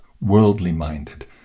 worldly-minded